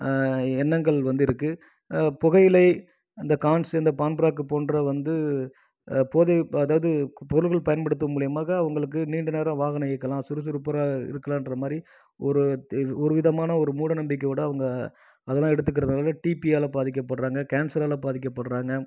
எண்ணங்கள் வந்திருக்கு புகையிலை அந்த கான்ஸு அந்த பான் பிராக்கு போன்ற வந்து போதை அதாவது பொருள்கள் பயன்படுத்தும் மூலியமாக அவங்களுக்கு நீண்ட நேரம் வாகனம் இயக்கலாம் சுறுசுறுப்ப இருக்கலாம்ன்ற மாதிரி ஒரு ஒரு விதமான ஒரு மூட நம்பிக்கையோட அவங்க அதெல்லாம் எடுத்துக்கிறதால் டிபியால் பாதிக்கப்படுறாங்க கேன்சரால் பாதிக்கப்படுறாங்க